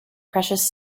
precious